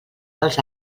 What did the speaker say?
dels